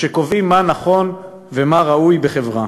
הם קובעים מה נכון ומה ראוי בחברה.